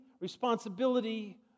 responsibility